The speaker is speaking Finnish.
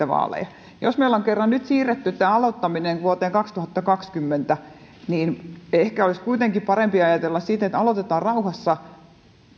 vaaleja jos me olemme kerran nyt siirtäneet tämän aloittamisen vuoteen kaksituhattakaksikymmentä niin ehkä olisi kuitenkin parempi ajatella siten että aloitetaan rauhassa